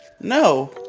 No